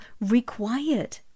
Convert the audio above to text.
required